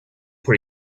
pour